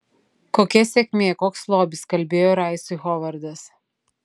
kokia sėkmė koks lobis kalbėjo raisui hovardas